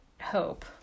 hope